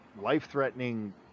life-threatening